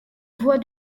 voie